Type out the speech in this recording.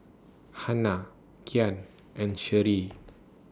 Hanna Kyan and Sherry